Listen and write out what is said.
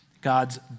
God's